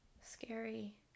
Scary